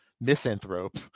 misanthrope